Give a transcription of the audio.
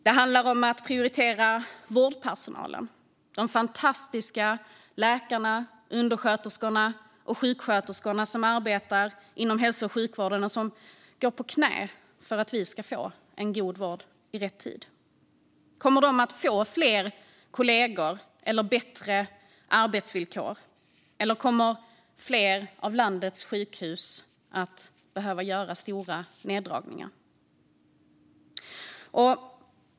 Det handlar också om att prioritera vårdpersonalen - de fantastiska läkarna, undersköterskorna och sjuksköterskorna som arbetar inom hälso och sjukvården - som går på knäna för att vi ska få god vård i rätt tid. Kommer de att få fler kolleger och bättre arbetsvillkor eller kommer fler av landets sjukhus att tvingas göra neddragningar?